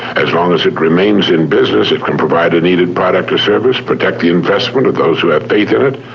as long as it remains in business, it can provide a needed product or service, protect the investment of those who have faith in it,